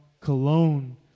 cologne